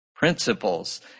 Principles